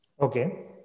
Okay